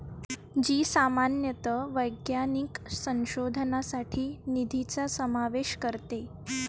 जी सामान्यतः वैज्ञानिक संशोधनासाठी निधीचा समावेश करते